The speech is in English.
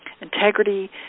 Integrity